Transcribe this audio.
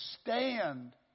stand